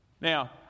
Now